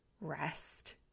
rest